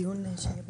משרד הכלכלה.